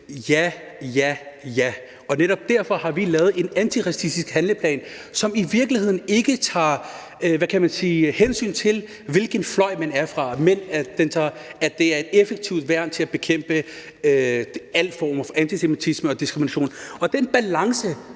Ja, ja og ja. Netop derfor har vi lavet en antiracistisk handleplan, som i virkeligheden ikke tager hensyn til, hvilken fløj man er fra. Den skal være et effektivt værn til at bekæmpe alle former for antisemitisme og diskrimination. Og den balance